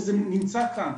וזה נמצא כאן,